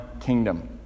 kingdom